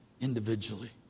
individually